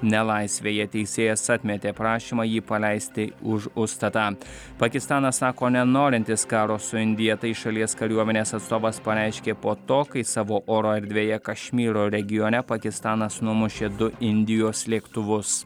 nelaisvėje teisėjas atmetė prašymą jį paleisti už užstatą pakistanas sako nenorintis karo su indija tai šalies kariuomenės atstovas pareiškė po to kai savo oro erdvėje kašmyro regione pakistanas numušė du indijos lėktuvus